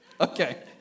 Okay